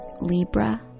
Libra